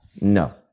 No